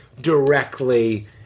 directly